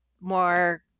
more